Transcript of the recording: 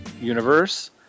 universe